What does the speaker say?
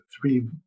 three